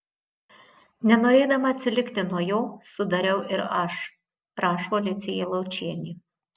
nenorėdama atsilikti nuo jo sudariau ir aš rašo alicija laučienė